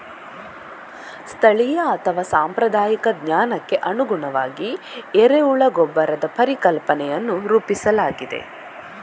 ಸ್ಥಳೀಯ ಅಥವಾ ಸಾಂಪ್ರದಾಯಿಕ ಜ್ಞಾನಕ್ಕೆ ಅನುಗುಣವಾಗಿ ಎರೆಹುಳ ಗೊಬ್ಬರದ ಪರಿಕಲ್ಪನೆಯನ್ನು ರೂಪಿಸಲಾಗಿದೆ